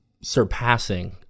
surpassing